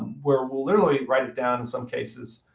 where we'll literally write it down, in some cases,